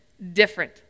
different